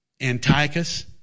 Antiochus